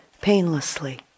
painlessly